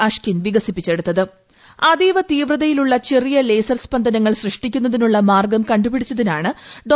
Ashkin വികസിപ്പിച്ചെടുത്ത് അതീവ തീവ്രതയിലുള്ള ചെറിയ ലേസർ സ്പന്ദനങ്ങൾ സൃഷ്ടിക്കുന്നതിനുള്ള മാർഗ്ഗം കണ്ടുപിടിച്ചതിനാണ് ഡോ